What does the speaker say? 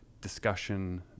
discussion